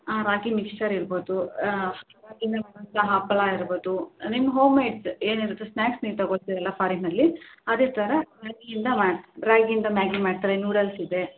ಹಾಂ ರಾಗಿ ಮಿಕ್ಸ್ಚರ್ ಇರ್ಬೋದು ರಾಗಿಯಿಂದ ಮಾಡುವಂತ ಹಪ್ಳ ಇರ್ಬೋದು ನಿಮ್ಮ ಹೋಮ್ಮೇಡ್ ಏನಿರುತ್ತೋ ಸ್ನ್ಯಾಕ್ಸ್ ನೀವು ತಗೋತೀರಲ್ಲ ಫಾರಿನಲ್ಲಿ ಅದೇ ಥರ ರಾಗಿಯಿಂದ ಮಾ ರಾಗಿಯಿಂದ ಮ್ಯಾಗಿ ಮಾಡ್ತಾರೆ ನೂಡಲ್ಸ್ ಇದೆ